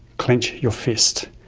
clench your fist.